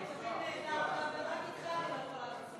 ההסתייגות של קבוצת סיעת מרצ,